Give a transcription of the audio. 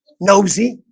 nosy,